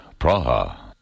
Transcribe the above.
Praha